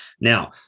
Now